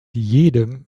jedem